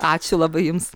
ačiū labai jums